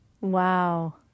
Wow